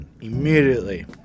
immediately